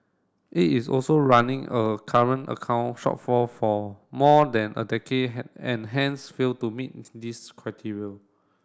it is also running a current account shortfall for more than a decade and hence fail to meet this criteria